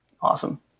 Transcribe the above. Awesome